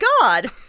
god